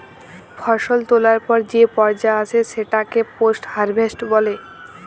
ফসল তোলার পর যে পর্যা আসে সেটাকে পোস্ট হারভেস্ট বলে